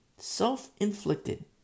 Self-inflicted